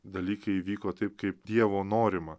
dalykai įvyko taip kaip dievo norima